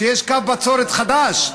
שיש קו בצורת חדש,